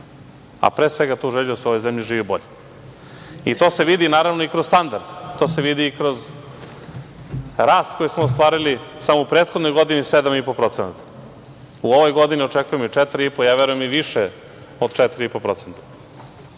a pre svega tu želju da se u ovoj zemlji živi bolje i to se vidi i kroz standard, to se vidi i kroz rast koji smo ostvarili, samo u prethodnoj godini 7,5%. U ovoj godini očekujemo i 4,5%. Ja verujem i više od 4,5%.